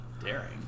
Daring